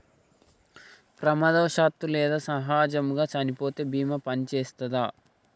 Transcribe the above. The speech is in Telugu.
ప్రమాదవశాత్తు లేదా సహజముగా చనిపోతే బీమా పనిచేత్తదా?